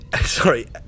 sorry